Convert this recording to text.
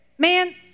Man